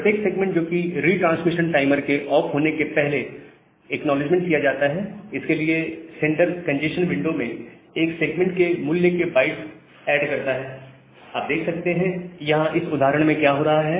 प्रत्येक सेगमेंट जो कि रिट्रांसमिशन टाइमर के ऑफ होने के पहले एक्नॉलेजमेंट किया जाता है इसके लिए सेंडर कंजेस्शन विंडो में एक सेगमेंट के मूल्य के बाइट्स ऐड करता है आप देख सकते हैं यहां इस उदाहरण में क्या हो रहा है